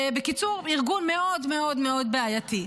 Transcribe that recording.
בקיצור, ארגון מאוד מאוד מאוד בעייתי.